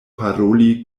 paroli